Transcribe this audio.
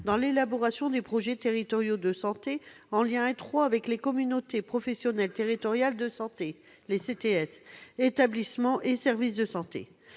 dans l'élaboration des projets territoriaux de santé, en liaison étroite avec les communautés professionnelles territoriales de santé et les établissements et services de santé.